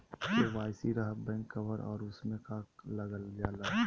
KYC रहा back cover और उसमें का का लागल जाला?